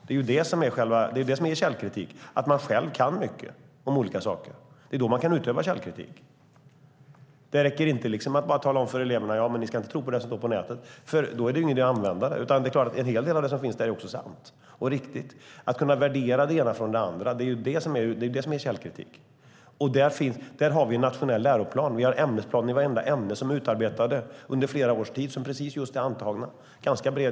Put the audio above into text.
Det är det som är källkritik, att man själv kan mycket om olika saker. Det är då man kan utöva källkritik. Det räcker inte att säga till eleverna: Men ni ska inte tro på det som står på nätet. Då är det ju ingen idé att använda det. Det är klart att en hel del av det som finns där också är sant och riktigt. Det är ju att kunna värdera och skilja det ena från det andra som är källkritik. Där har vi en nationell läroplan. Vi har ämnesplaner i vartenda ämne som är utarbetade under flera års tid och som precis är antagna.